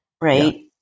Right